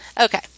okay